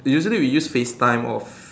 usually we use face time or